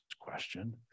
question